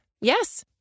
Yes